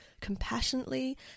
compassionately